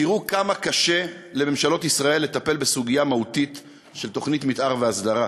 תראו כמה קשה לממשלות ישראל לטפל בסוגיה מהותית של תוכנית מתאר והסדרה,